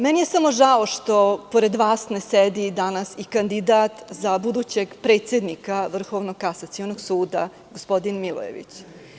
Meni je samo žao što pored vas ne sedi danas i kandidat za budućeg predsednika Vrhovnog kasacionog suda, gospodin Milojević.